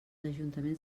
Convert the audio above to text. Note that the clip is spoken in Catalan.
ajuntaments